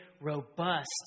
robust